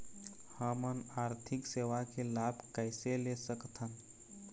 हमन आरथिक सेवा के लाभ कैसे ले सकथन?